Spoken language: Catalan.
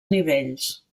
nivells